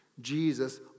Jesus